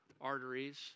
arteries